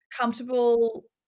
comfortable